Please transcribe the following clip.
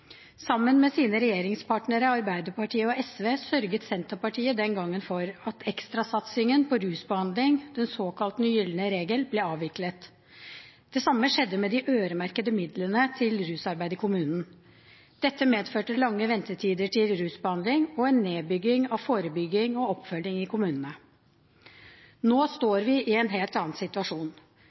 Sammen med sine regjeringspartnere, Arbeiderpartiet og SV, sørget Senterpartiet den gangen for at ekstrasatsingen på rusbehandling, den såkalte gylne regel, ble avviklet. Det samme skjedde med de øremerkede midlene til rusarbeid i kommunene. Dette medførte lange ventetider til rusbehandling og en nedbygging av forebygging og oppfølging i kommunene. Nå står vi i en helt annen situasjon.